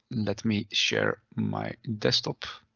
let me share my desktop.